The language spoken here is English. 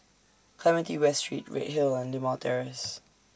Clementi West Street Redhill and Limau Terrace